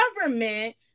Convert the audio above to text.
government